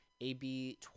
AB